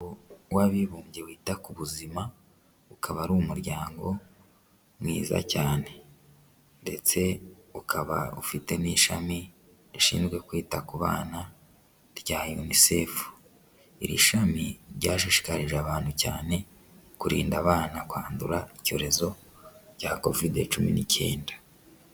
Umuryango w'abibumbye wita ku buzima, ukaba ari umuryango mwiza cyane, ndetse ukaba ufite n'ishami rishinzwe kwita ku bana rya UNICEF. Iri shami ryashishikarije abantu cyane, kurinda abana kwandura icyorezo bya kovide cumi n'icyenda.